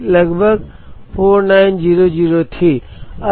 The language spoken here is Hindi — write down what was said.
2304 हमें लगभग 80 प्रतिशत का सेवा स्तर प्रदान करेगा